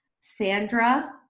Sandra